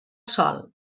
sol